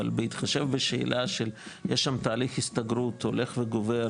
אבל בהתחשב בשאלה של יש שם תהליך הסתגרות הולך וגובר